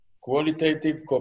qualitative